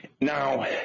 Now